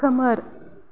खोमोर